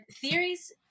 theories